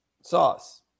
sauce